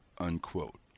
unquote